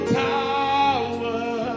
tower